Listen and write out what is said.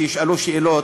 שישאלו שאלות,